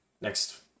Next